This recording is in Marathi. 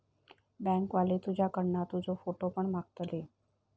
बँक वाले तुझ्याकडना तुजो फोटो पण मागतले